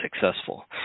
successful